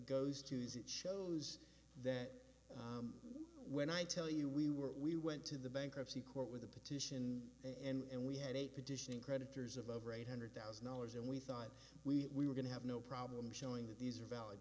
goes to use it shows that when i tell you we were we went to the bankruptcy court with the petition and we had a petition in creditors of over eight hundred thousand dollars and we thought we were going to have no problem showing that these are valid